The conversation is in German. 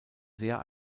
sehr